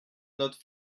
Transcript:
notre